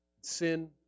Sin